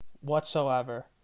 whatsoever